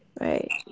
Right